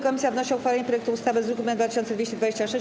Komisja wnosi o uchwalenie projektu ustawy z druku nr 2226.